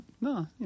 no